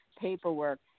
paperwork